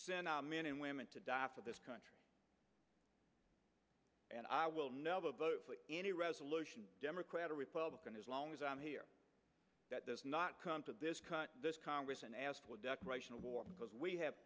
send men and women to die for this country and i will never vote for any resolution democrat or republican as long as i'm here that does not come to this congress and ask for a declaration of war because we have